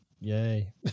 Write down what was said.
yay